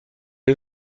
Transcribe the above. این